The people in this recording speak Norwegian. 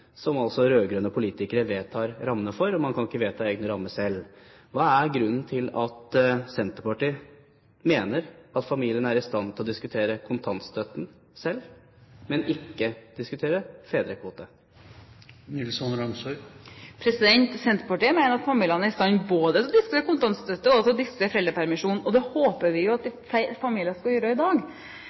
som altså rød-grønne politikere vedtar rammene for, og man kan ikke vedta egne rammer selv. Hva er grunnen til at Senterpartiet mener at familien er i stand til å diskutere kontantstøtten selv, men ikke diskutere fedrekvote? Senterpartiet mener at familiene er i stand til å diskutere både kontantstøtte og foreldrepermisjon, og det håper vi jo at flere familier skal gjøre i dag.